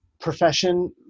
profession